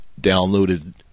downloaded